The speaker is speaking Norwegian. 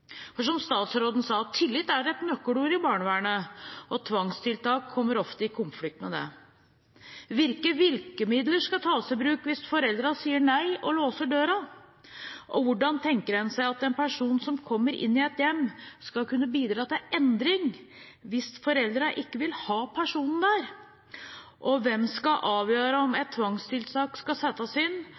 For, som statsråden sa: Tillit er et nøkkelord i barnevernet. Og tvangstiltak kommer ofte i konflikt med det. Hvilke virkemidler skal tas i bruk hvis foreldrene sier nei og låser døra? Og hvordan tenker en seg at en person som kommer inn i et hjem, skal kunne bidra til endring hvis foreldrene ikke vil ha personen der? Hvem skal avgjøre om et tvangstiltak skal settes inn,